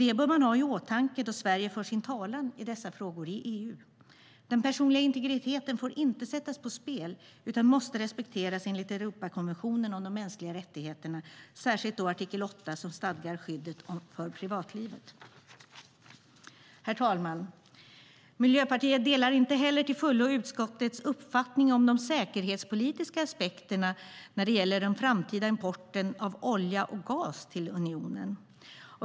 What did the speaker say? Detta bör man ha i åtanke då Sverige för sin talan i dessa frågor i EU. Den personliga integriteten får inte sättas på spel utan måste respekteras enligt Europakonventionen om de mänskliga rättigheterna, särskilt artikel 8 som stadgar skyddet för privatlivet. Herr talman! Miljöpartiet delar inte heller till fullo utskottets uppfattning om de säkerhetspolitiska aspekterna när det gäller den framtida importen av olja och gas till unionen.